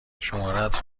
شمارهات